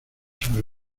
sobre